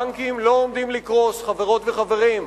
הבנקים לא עומדים לקרוס, חברות וחברים.